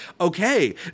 okay